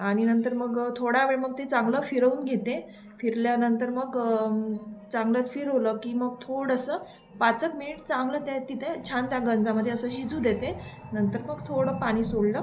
आणि नंतर मग थोडा वेळ मग ते चांगलं फिरवून घेते फिरल्यानंतर मग चांगलं फिरवलं की मग थोडंसं पाच एक मिनट चांगलं त्या तिथे छान त्या गंदामध्ये असं शिजू देते नंतर मग थोडं पाणी सोडलं